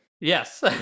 Yes